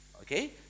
okay